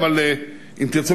אבל אם תרצו,